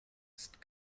ist